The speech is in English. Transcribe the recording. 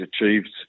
achieved